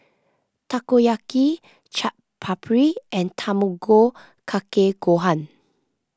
Takoyaki Chaat Papri and Tamago Kake Gohan